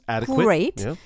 great